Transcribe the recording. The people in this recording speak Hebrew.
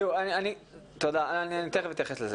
אני תכף אתייחס לזה.